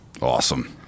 Awesome